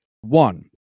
One